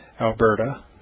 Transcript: Alberta